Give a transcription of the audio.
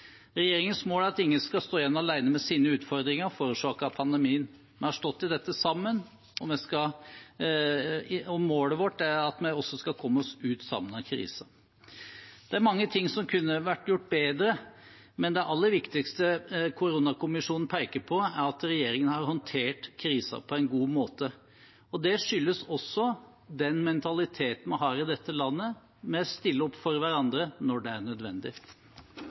Regjeringens mål er at ingen skal stå igjen alene med sine utfordringer forårsaket av pandemien. Vi har stått i dette sammen, og målet vårt er at vi også skal komme oss ut av krisen sammen. Det er mange ting som kunne vært gjort bedre, men det aller viktigste koronakommisjonen peker på, er at regjeringen har håndtert krisen på en god måte. Det skyldes også den mentaliteten vi har i dette landet med å stille opp for hverandre når det er nødvendig.